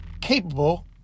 capable